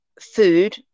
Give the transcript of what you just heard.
food